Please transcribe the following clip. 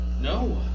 No